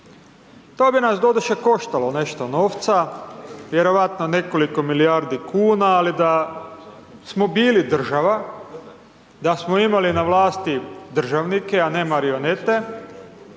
To bi nas, doduše, koštalo nešto novca, vjerojatno nekoliko milijardi kuna, ali da smo bili država, da smo imali na vlasti državnike, a ne marionete,